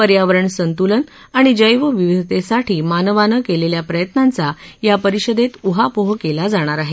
पर्यावरण संतुलन आणि जैवविविधतेसाठी मानवानं केलेल्या प्रयत्नांचा या परिषदेत उहापोह केला जाणार आहे